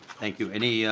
thank you. any yeah